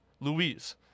Louise